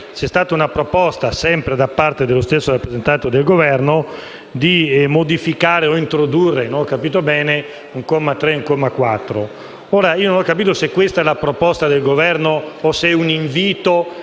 c'è stata una proposta, sempre da parte dello stesso rappresentante del Governo, di modificare o introdurre - non ho capito bene - un comma 3, un comma 4. Ripeto, non ho capito se questa è la proposta del Governo o se è un invito